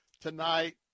tonight